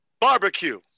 Barbecue